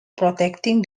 protecting